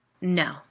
No